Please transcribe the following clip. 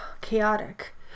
chaotic